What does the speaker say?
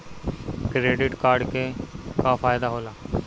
Credit card के का फायदा होला?